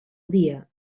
dia